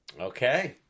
Okay